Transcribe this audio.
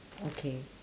okay